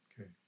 Okay